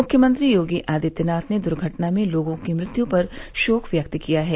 मुख्यमंत्री योगी आदित्यनाथ ने दुर्घटना में लोगों की मृत्यु पर शोक व्यक्त किया है